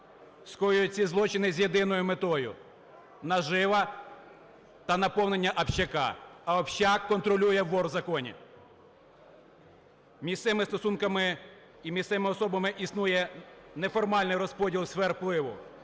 скоюють ці злочини з єдиною метою: нажива та наповнення "общака". А "общак" контролює "вор в законі". Між цими стосунками і між цими особами існує неформальний розподіл сфер впливу